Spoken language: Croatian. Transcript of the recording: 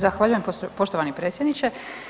Zahvaljujem poštovani predsjedniče.